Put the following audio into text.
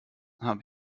habe